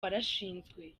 warashinzwe